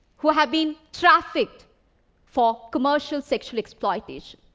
who have been trafficked for commercial sexual exploitation.